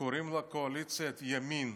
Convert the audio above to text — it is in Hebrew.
קוראים לה קואליציית ימין,